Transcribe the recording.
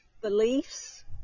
beliefs